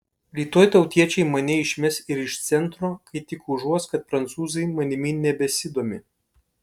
rytoj tautiečiai mane išmes ir iš centro kai tik užuos kad prancūzai manimi nebesidomi